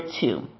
two